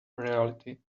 reality